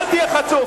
אל תהיה חצוף.